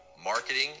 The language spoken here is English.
marketing